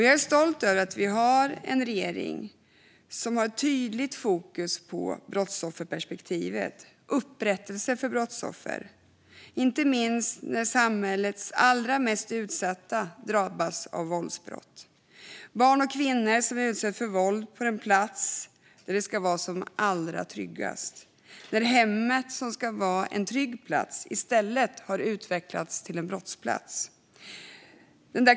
Jag är stolt över att vi har en regering som har ett tydligt fokus på brottsofferperspektivet och på upprättelse för brottsoffer, inte minst när samhällets allra mest utsatta drabbas av våldsbrott. Dessa barn och kvinnor utsätts för våld på den plats som ska vara allra tryggast. Hemmet, som ska vara en trygg plats, har i stället utvecklats till en brottsplats.